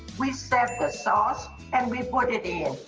we set the sauce and we put it in.